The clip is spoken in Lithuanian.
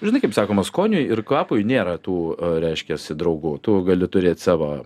žinai kaip sakoma skoniui ir kvapui nėra tų reiškiasi draugų tu gali turėt savo